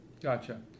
Gotcha